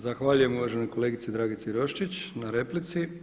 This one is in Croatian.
Zahvaljujem uvaženoj kolegici Dragici Roščić na replici.